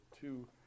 two